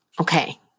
Okay